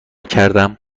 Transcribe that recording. کردم